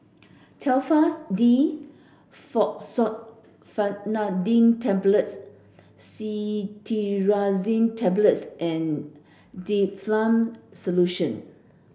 Telfast D Fexofenadine Tablets Cetirizine Tablets and Difflam Solution